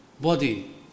Body